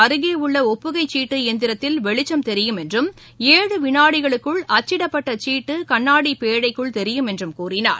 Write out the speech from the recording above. அருகேஉள்ளஒப்புகைச் சீட்டு இயந்திரத்தில் வெளிச்சம் தெரியும் என்றும் ஏழு விநாடிகளுக்குள் அச்சிடப்பட்டசீட்டுகண்ணாடிபேனழக்குள் தெரியும் என்றும் கூறினார்